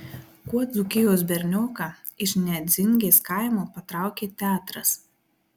kuo dzūkijos bernioką iš nedzingės kaimo patraukė teatras